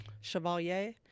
Chevalier